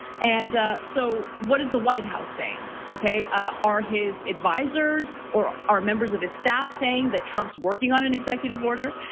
and so what is the white house saying, okay? ah are his advisors or are members of his staff saying that trump's working on an executive order?